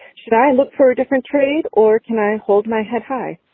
should i look for a different trade or can i hold my head high.